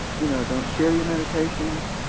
you know, don't share your medications,